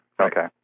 Okay